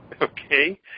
Okay